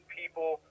people